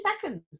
seconds